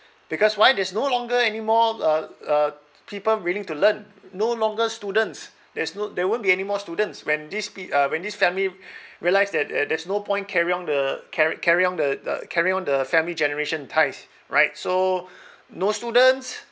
because why there's no longer anymore uh uh people willing to learn no longer students there's no there won't be any more students when this peo~ uh when this family realise that uh there's no point carry on the car~ carry on the the carry on the family generation ties right so no students